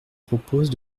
propose